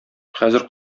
хәзер